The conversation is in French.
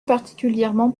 particulièrement